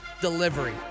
Delivery